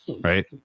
right